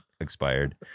expired